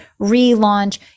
relaunch